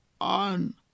on